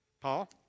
Paul